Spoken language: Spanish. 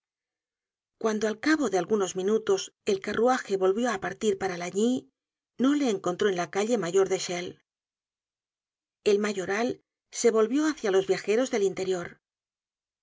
cuando al cabo de algunos minutos el carruaje volvió á partir para lagny no le encontró en la calle mayor de chelles el mayoral se volvió hácia los viajeros del interior